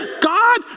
God